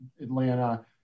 Atlanta